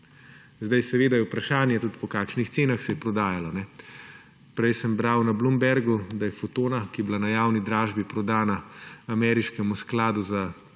Zdaj seveda je vprašanje tudi, po kakšnih cenah se je prodajalo. Prej sem bral na Bloombergu, da je Fotona, ki je bila na javni dražbi prodana ameriškemu skladu za